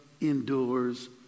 endures